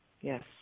Yes